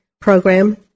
Program